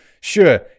Sure